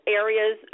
areas